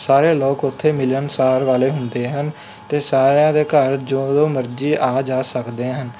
ਸਾਰੇ ਲੋਕ ਉੱਥੇ ਮਿਲਣਸਾਰ ਵਾਲੇ ਹੁੰਦੇ ਹਨ ਅਤੇ ਸਾਰਿਆਂ ਦੇ ਘਰ ਜਦੋਂ ਮਰਜੀ ਆ ਜਾ ਸਕਦੇ ਹਨ